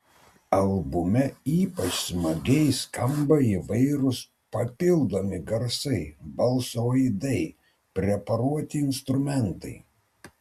albume ypač smagiai skamba įvairūs papildomi garsai balso aidai preparuoti instrumentai